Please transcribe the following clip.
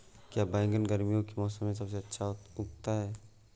क्या बैगन गर्मियों के मौसम में सबसे अच्छा उगता है?